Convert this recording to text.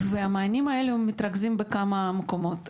והמענים הללו מתרכזים בכמה מקומות.